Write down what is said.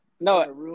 no